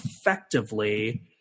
effectively